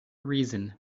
reason